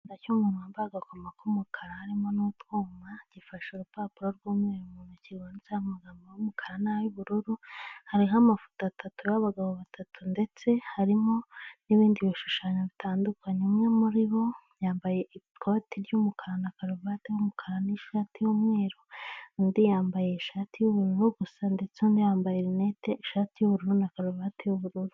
Ikiganza cy'umuntu wambaye agakomo k'umukara, harimo n'utwuma, gifashe urupapuro rw'umweru mu ntoki rwanditseho amagambo y'umukara n'ay'ubururu, hariho amafoto atatu y'abagabo batatu ndetse harimo n'ibindi bishushanyo bitandukanye, umwe muri bo yambaye ikoti ry'umukara na karuvati y'umukara n'ishati y'umweru, undi yambaye ishati y'ubururu gusa ndetse undi yambaye rinete, ishati y'ubururu na karuvati y'ubururu.